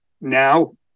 now